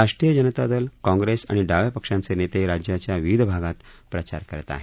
राष्ट्रीय जनता दल काँग्रेस आणि डाव्या पक्षांचे नेतेही राज्याच्या विविध भागात प्रचार करत आहेत